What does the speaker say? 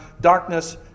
Darkness